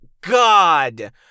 God